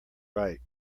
right